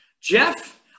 Jeff